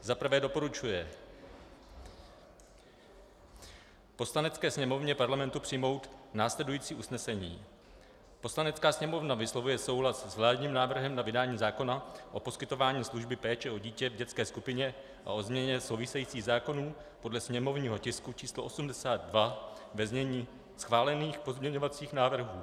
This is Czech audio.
I. doporučuje Poslanecké sněmovně Parlamentu přijmout následující usnesení: Poslanecká sněmovna vyslovuje souhlas s vládním návrhem na vydání zákona o poskytování služby péče o dítě v dětské skupině a o změně souvisejících zákonů, podle sněmovního tisku 82, ve znění schválených pozměňovacích návrhů;